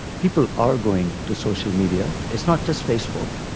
people are going to social media, it's not just facebook.